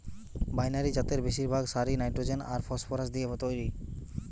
binary জাতের বেশিরভাগ সারই নাইট্রোজেন আর ফসফরাস দিয়ে তইরি